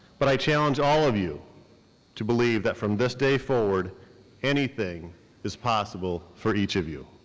but i challenge all of you to believe that from this day forward anything is possible for each of you.